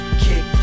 kick